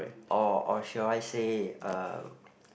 or or should I say uh